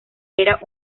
era